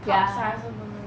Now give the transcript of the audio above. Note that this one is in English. ya